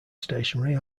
stationary